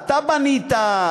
אתה בנית,